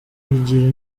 wigira